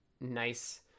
nice